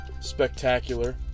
spectacular